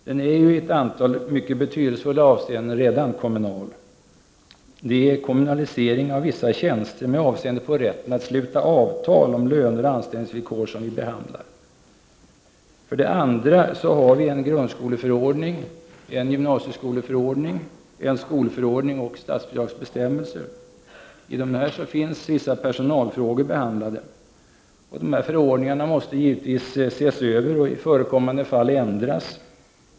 Den är i ett antal mycket betydelsefulla avseenden redan kommunal. Det är kommunalisering av vissa tjänster, med avseende på rätten att sluta avtal om löner och anställningsvillkor, som vi behandlar. För det andra har vi en grundskoleförordning, en gymnasieskoleförordning, en skolförordning och statsbidragsbestämmelser. I dessa finns vissa personalfrågor behandlade. De här förordningarna måste givetvis ses över och i förekommande fall ändras.